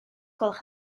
gwelwch